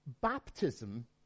Baptism